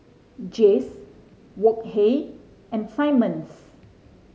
Jays Wok Hey and Simmons